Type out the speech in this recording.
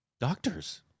doctors